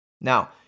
Now